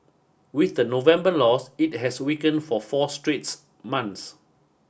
with the November loss it has weakened for four straight months